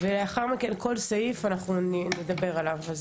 ולאחר מכן אנחנו נדבר על כל סעיף.